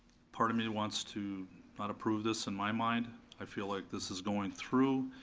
part of me wants to not approve this in my mind. i feel like this is going through.